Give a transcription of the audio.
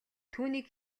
түүнийг